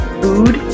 food